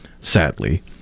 sadly